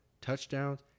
touchdowns